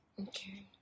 Okay